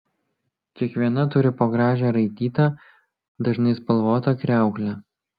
kiekviena turi po gražią raitytą dažnai spalvotą kriauklę